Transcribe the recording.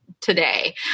today